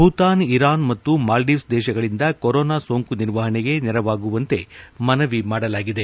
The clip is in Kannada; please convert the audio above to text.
ಭೂತಾನ್ ಇರಾನ್ ಮತ್ತು ಮಾಲ್ವೀವ್ಸ್ ದೇಶಗಳಿಂದ ಕೊರೋನಾ ಸೋಂಕು ನಿರ್ವಹಣೆಗೆ ನೆರವಾಗುವಂತೆ ಮನವಿ ಮಾಡಲಾಗಿದೆ